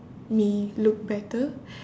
me look better